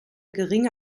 geringe